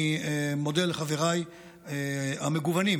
אני מודה לחבריי המגוונים,